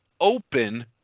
open